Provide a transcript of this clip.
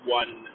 one